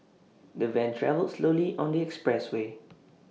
the van travelled slowly on the expressway